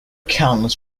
countless